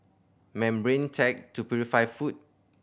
membrane tech to purify food